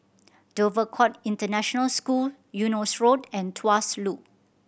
Dover Court International School Eunos Road and Tuas Loop